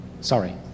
sorry